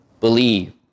believe